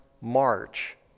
march